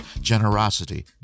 generosity